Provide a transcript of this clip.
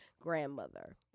grandmother